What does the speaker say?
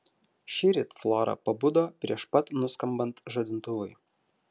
šįryt flora pabudo prieš pat nuskambant žadintuvui